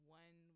one